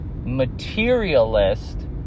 materialist